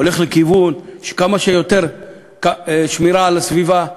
הולך לכיוון של כמה שיותר שמירה על הסביבה.